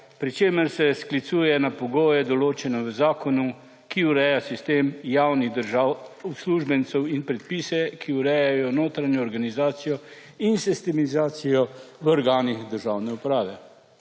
pri čemer se sklicuje na pogoje določene v zakonu, ki ureja sistem javnih uslužbencev in predpise, ki urejajo notranjo organizacijo in sistemizacijo v organih državne uprave.